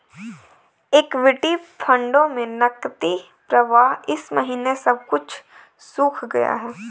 equity फंडों में नकदी प्रवाह इस महीने सब कुछ सूख गया है